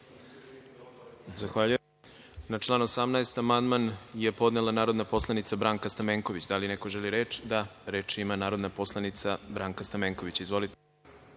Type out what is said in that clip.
Zahvaljujem. Na član 18. amandman je podnela narodna poslanica Branka Stamenković. Da li neko želi reč? (Da)Reč ima narodna poslanica Branka Stamenković. Izvolite.